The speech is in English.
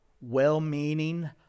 well-meaning